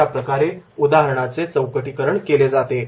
अशाप्रकारे उदाहरणाचे चौकटीकरण केले जाते